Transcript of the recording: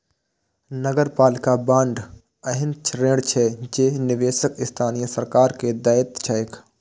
नगरपालिका बांड एहन ऋण छियै जे निवेशक स्थानीय सरकार कें दैत छैक